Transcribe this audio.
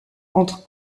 entre